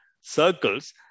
circles